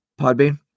Podbean